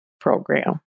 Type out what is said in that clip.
program